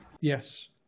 Yes